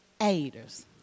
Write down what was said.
aiders